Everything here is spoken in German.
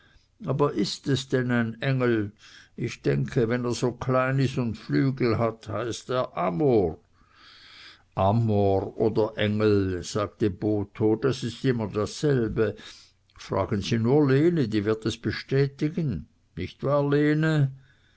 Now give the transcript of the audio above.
aber is es denn ein engel ich denke wenn er so klein is und flügel hat heißt er amor amor oder engel sagte botho das ist immer dasselbe fragen sie nur lene die wird es bestätigen nicht wahr lene